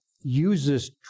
uses